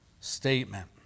statement